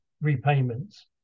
repayments